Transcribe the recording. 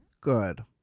Good